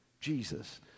Jesus